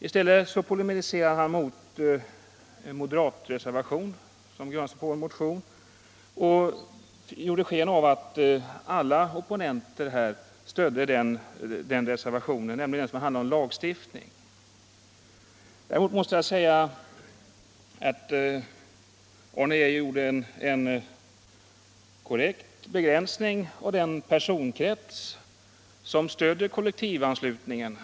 I stället polemiserade han mot en moderatreservation, som grundar sig på en motion, och gjorde sken av att alla opponenter stödde den reservationen, nämligen den som handlar om lagstiftning. Däremot måste jag säga att Arne Geijer gjorde en korrekt begränsning av den personkrets som stöder kollektivanslutningen.